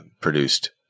produced